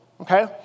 Okay